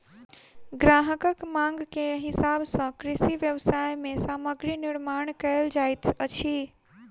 ग्राहकक मांग के हिसाब सॅ कृषि व्यवसाय मे सामग्री निर्माण कयल जाइत अछि